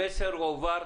המסר הועבר.